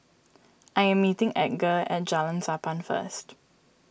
I am meeting Edgar at Jalan Sappan first